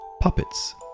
puppets